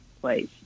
place